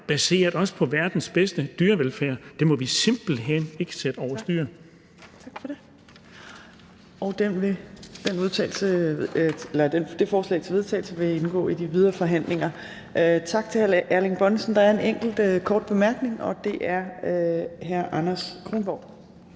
baseret på verdens bedste dyrevelfærd. Det må vi simpelt hen ikke sætte over styr.